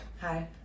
Hi